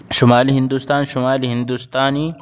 شمالی ہندوستان شمالی ہندوستانی